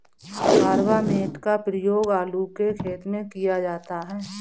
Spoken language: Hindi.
कार्बामेट का प्रयोग आलू के खेत में किया जाता है